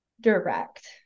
direct